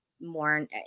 more